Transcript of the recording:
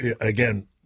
again